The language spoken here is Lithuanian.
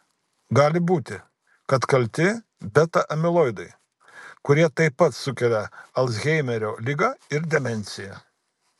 gali būti kad kalti beta amiloidai kurie taip pat sukelia alzheimerio ligą ir demenciją